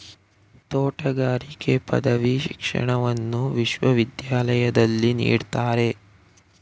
ತೋಟಗಾರಿಕೆ ಪದವಿ ಶಿಕ್ಷಣವನ್ನು ವಿಶ್ವವಿದ್ಯಾಲಯದಲ್ಲಿ ನೀಡ್ತಾರೆ